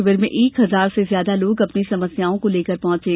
शिविर में एक हजार से ज्यादा लोग अपनी समस्याओं लेकर पहुंचे